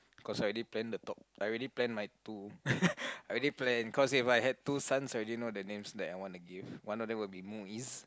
cause I already plan the top I already plan my two I already plan cause if I had two sons I already know the names that I wanna give one of them would be Muiz